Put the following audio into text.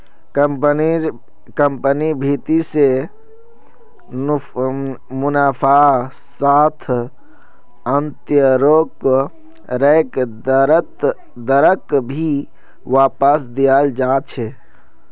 कम्पनिर भीति से मुनाफार साथ आन्तरैक दरक भी वापस दियाल जा छे